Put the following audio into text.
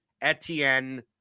Etienne